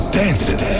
dancing